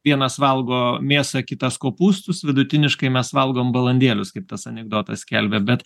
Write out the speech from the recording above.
vienas valgo mėsą kitas kopūstus vidutiniškai mes valgom balandėlius kaip tas anekdotas skelbė bet